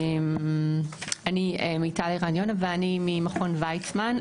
אני מיטל ערן יונה ואני ממכון וייצמן,